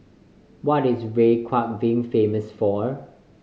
what is Reykjavik famous for